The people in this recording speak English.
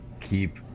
keep